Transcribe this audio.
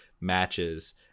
matches